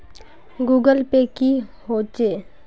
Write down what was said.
Google Pay की होचे?